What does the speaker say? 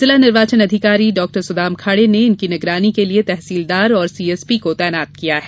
जिला निर्वाचन अधिकारी डॉक्टर सुदाम खाडे ने इनकी निंगरानी के लिए तहसीलदार और सीएसपी को तैनात किया है